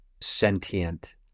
sentient